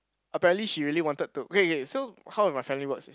apparently she really wanted to okay okay so how if my family works in